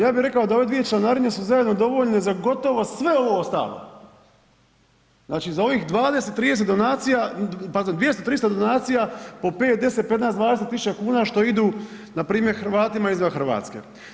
Ja bi rekao da ove dvije članarine su zajedno dovoljne za gotovo sve ovo ostalo, znači za ovih 20, 30 donacija, pardon, 200, 300 donacija po 5, 10, 15, 20 000 kn što idu npr. Hrvatima izvan Hrvatske.